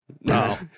No